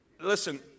Listen